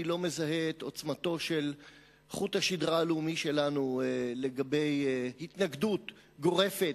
אני לא מזהה את עוצמתו של חוט השדרה שלנו לגבי התנגדות גורפת,